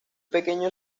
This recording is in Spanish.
pequeño